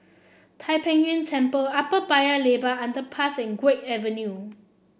Tai Pei Yuen Temple Upper Paya Lebar Underpass and Guok Avenue